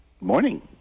morning